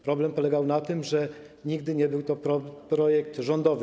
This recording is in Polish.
Problem polegał na tym, że nigdy nie był to projekt rządowy.